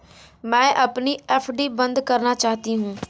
मैं अपनी एफ.डी बंद करना चाहती हूँ